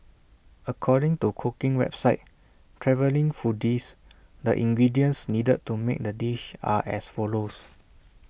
according to cooking website travelling foodies the ingredients needed to make the dish are as follows